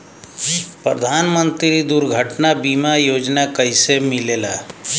प्रधानमंत्री दुर्घटना बीमा योजना कैसे मिलेला?